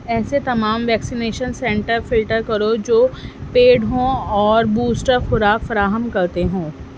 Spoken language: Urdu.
ایسے تمام ویکسینیشن سینٹر فلٹر کرو جو پیڈ ہوں اور بوسٹر خوراک فراہم کرتے ہوں